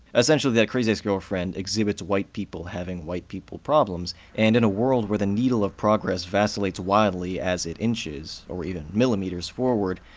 essentially, that crazy ex-girlfriend exhibits white people having white people problems, and in a world where the needle of progress vacillates wildly as it inches, or even millimeters forward,